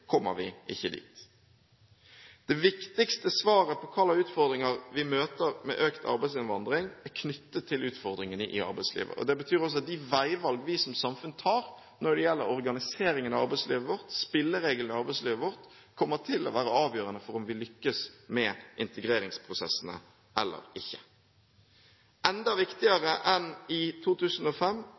kommer vi ikke dit. Det viktigste svaret på hvilke utfordringer vi møter med økt arbeidsinnvandring, er knyttet til utfordringene for arbeidslivet. Det betyr også at de veivalg vi som samfunn tar når det gjelder organiseringen av arbeidslivet vårt, spillereglene i arbeidslivet vårt, kommer til å være avgjørende for om vi lykkes med integreringsprosessene eller ikke. Enda viktigere enn i 2005